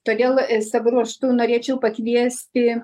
todėl savo ruožtu norėčiau pakviesti